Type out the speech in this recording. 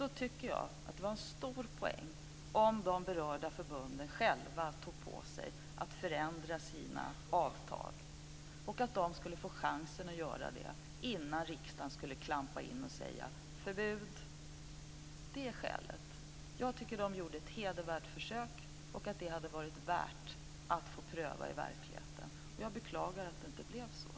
Jag tycker då att det vore en stor poäng om de berörda förbunden själva tog på sig att förändra sina avtal och att de fick chansen att göra det innan riksdagen klampar in och säger Förbud! Det är skälet. Jag tycker att de gjorde ett hedervärt försök, och det hade varit värt att få pröva det i verkligheten. Jag beklagar att det inte blev så.